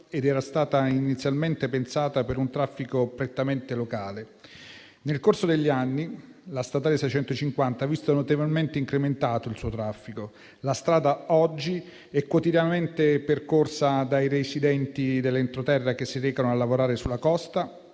ed era stata inizialmente pensata per un traffico prettamente locale. Nel corso degli anni, la statale 650 ha visto notevolmente incrementato il suo traffico. La strada oggi è quotidianamente percorsa dai residenti dell'entroterra che si recano a lavorare sulla costa,